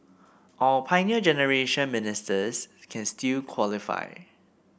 our Pioneer Generation Ministers can still qualify